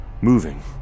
moving